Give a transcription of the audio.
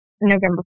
November